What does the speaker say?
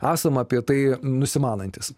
esama apie tai nusimanantys